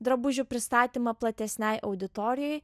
drabužių pristatymą platesnei auditorijai